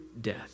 death